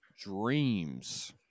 dreams